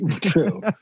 True